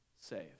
saved